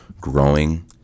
growing